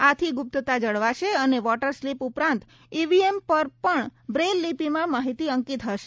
આથી ગુપ્તતા જળવાશે અને વોટર સ્લીપ ઉપરાંત ઈવીએમ પર પણ બ્રેઇલ લીપીમાં માહિતી અંકિત હશે